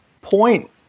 point